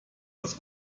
dass